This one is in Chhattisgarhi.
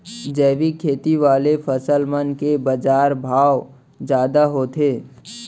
जैविक खेती वाले फसल मन के बाजार भाव जादा होथे